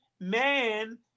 man